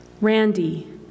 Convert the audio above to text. Randy